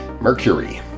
Mercury